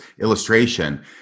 illustration